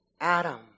Adam